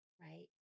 Right